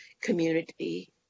community